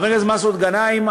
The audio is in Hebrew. חבר הכנסת מסעוד גנאים,